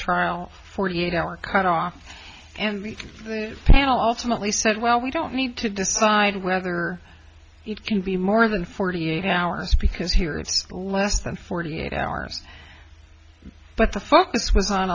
trial forty eight hour cut off and the panel of family said well we don't need to decide whether it can be more than forty eight hours because here it's less than forty eight hours but